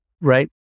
right